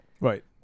Right